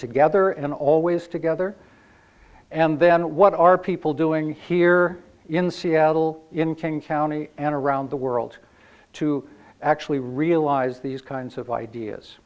together in all ways together and then what are people doing here in seattle in king county and around the world to actually realize these kinds of ideas